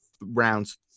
rounds